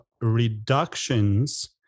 reductions